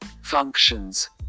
functions